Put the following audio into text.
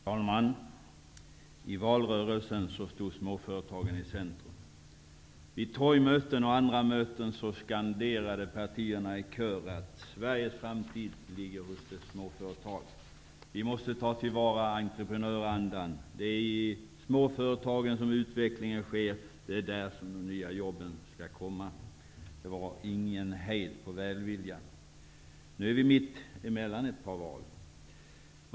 Herr talman! I valrörelsen stod småföretagen i centrum. Vid torgmöten och andra möten skanderade partierna i kör att Sveriges framtid ligger hos dess småföretag. Vi måste ta till vara entreprenörandan. Det är i småföretagen som utvecklingen sker; det är där de nya jobben skall komma. Det var ingen hejd på välviljan. Nu är vi mitt emellan två val.